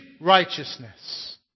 righteousness